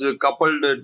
coupled